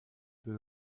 peu